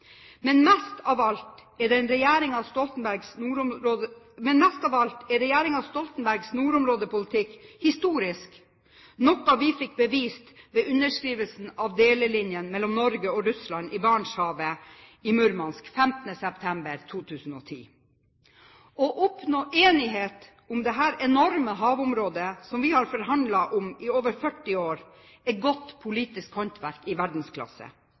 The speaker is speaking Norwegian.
Men mest av alt er regjeringen Stoltenbergs nordområdepolitikk historisk, noe vi fikk bevist ved underskrivelsen av avtalen om delelinjen mellom Norge og Russland i Barentshavet i Murmansk 15. september 2010. Å oppnå enighet om dette enorme havområdet som vi har forhandlet om i over 40 år, er godt politisk håndverk i verdensklasse.